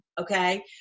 okay